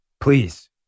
Please